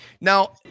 Now